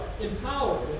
empowered